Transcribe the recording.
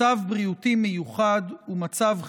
מצב בריאותי מיוחד ומצב חירום,